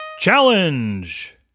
challenge